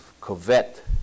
covet